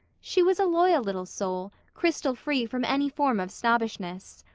she was a loyal little soul, crystal-free from any form of snobbishness.